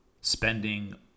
spending